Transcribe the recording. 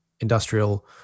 industrial